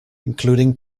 including